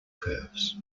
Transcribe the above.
curves